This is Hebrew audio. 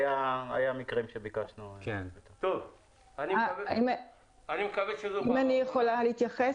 היו מקרים שביקשנו -- אני יכולה להתייחס?